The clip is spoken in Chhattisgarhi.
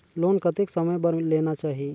लोन कतेक समय बर लेना चाही?